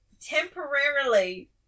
temporarily